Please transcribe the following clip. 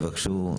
יבקשו?